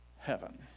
heaven